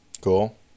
Cool